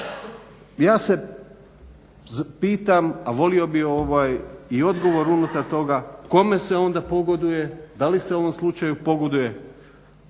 ja se pitam, a volio bih i odgovor unutar toga, kome se onda pogoduje, da li se u ovom slučaju pogoduje